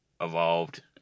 evolved